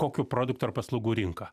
kokių produktų ar paslaugų rinka